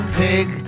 pig